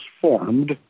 formed